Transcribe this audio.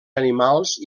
animals